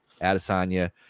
Adesanya